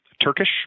Turkish